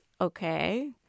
okay